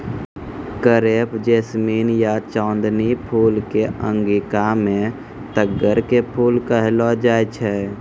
crepe jasmine या चांदनी फूल कॅ अंगिका मॅ तग्गड़ के फूल कहलो जाय छै